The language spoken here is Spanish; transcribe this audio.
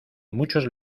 muchos